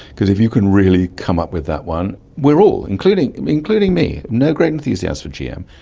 because if you can really come up with that one, we are all, including including me, no great enthusiast for gm,